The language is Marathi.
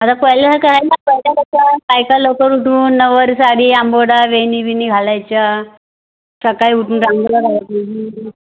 आत्ता पाहिल्यासारखं राहिलं आहे काय काय लोक बायका लवकर उठून नऊवारी साडी अंबाडा वेणी बिणी घालायच्या सकाळी उठून रांगोळ्या काढायची